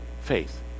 faith